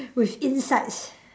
with insights